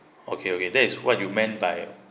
okay okay that is what you meant by